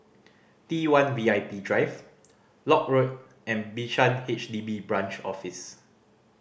T One V I P Drive Lock Road and Bishan H D B Branch Office